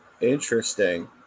Interesting